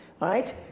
right